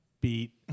beat